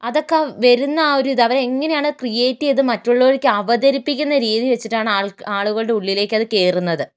അതൊക്കെ വരുന്ന ആ ഒരിത് അവരെങ്ങനെയാണ് ക്രീയേറ്റ് ചെയ്ത് മറ്റുള്ളവരിലേക്ക് അവതരിപ്പിക്കുന്ന രീതി വെച്ചിട്ടാണ് ആളുകളുടെ ഉള്ളിലേക്കത് കയറുന്നത്